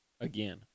again